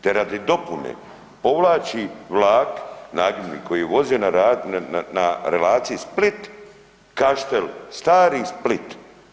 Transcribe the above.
Te radi dopune povlači vlak, nagibni koji je vozio na relaciji Split-Kaštel Stari-Split.